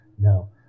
No